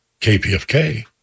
KPFK